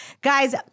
Guys